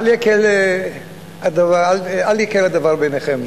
אל יקל הדבר בעיניכם.